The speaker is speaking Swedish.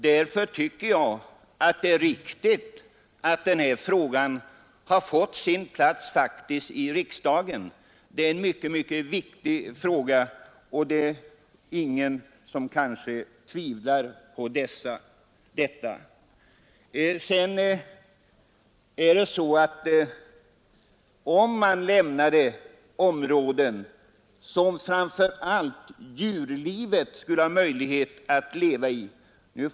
Jag tycker därför att det är riktigt att denna mycket viktiga fråga kommit att upptagas av riksdagen. Om man avstod från att kalhugga vissa områden där det finns ett rikt djurliv, skulle mycket vara vunnet.